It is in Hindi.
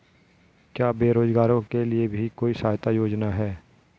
क्या बेरोजगारों के लिए भी कोई सहायता योजना है?